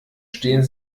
stehen